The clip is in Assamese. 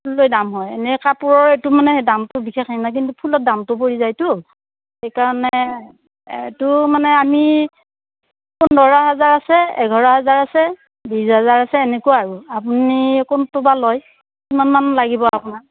ফুল লৈ দাম হয় এনেই কাপোৰৰ এইটো মানে দামটো বিশেষ এনে নাই কিন্তু ফুলৰ দামটো পৰি যায়তো সেই কাৰণে এইটো মানে আমি পোন্ধৰ হাজাৰ আছে এঘাৰ হাজাৰ আছে বিচ হাজাৰ আছে এনেকুৱা আৰু আপুনি কোনটো বা লয় কিমান মানৰ লাগিব আপোনাক